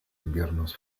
inviernos